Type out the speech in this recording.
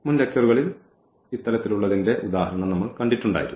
മുൻ ലെക്ച്ചറുകളിൽ ഇത്തരത്തിലുള്ളതിൻറെ ഒരു ഉദാഹരണം നമ്മൾ കണ്ടിട്ടുണ്ടായിരുന്നു